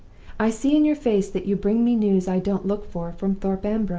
i see in your face that you bring me news i don't look for from thorpe ambrose